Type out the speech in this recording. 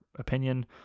Opinion